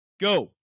go